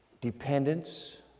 dependence